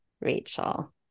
Rachel